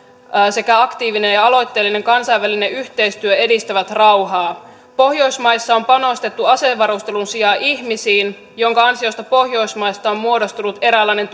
sekä aktiivinen ja aloitteellinen kansainvälinen yhteistyö edistävät rauhaa pohjoismaissa on panostettu asevarustelun sijaan ihmisiin minkä ansiosta pohjoismaista on muodostunut eräänlainen